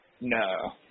No